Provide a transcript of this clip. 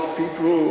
people